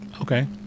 Okay